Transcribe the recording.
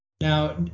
Now